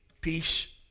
peace